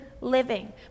living